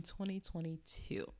2022